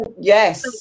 Yes